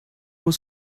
were